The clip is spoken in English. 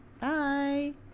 bye